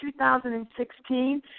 2016